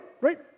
right